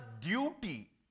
duty